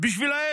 בשבילם